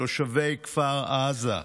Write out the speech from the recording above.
תושבי כפר עזה,